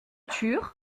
turent